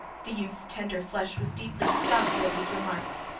the youth's tender flesh was deeply stung by these remarks.